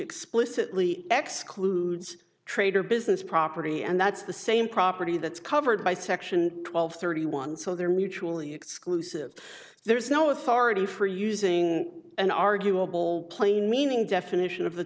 explicitly excluded trade or business property and that's the same property that's covered by section twelve thirty one so they're mutually exclusive there is no authority for using an arguable plain meaning definition of the